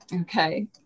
Okay